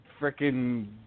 freaking